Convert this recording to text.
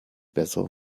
besser